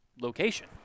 location